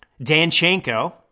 Danchenko